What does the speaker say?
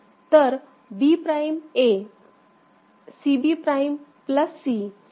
तर B prime A C B prime plus C A